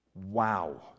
wow